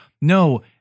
no